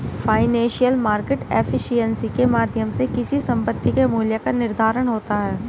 financial market efficiency के माध्यम से किसी संपत्ति के मूल्य का निर्धारण होता है